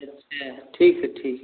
रखते हैं ठीक है ठीक